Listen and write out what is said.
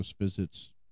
visits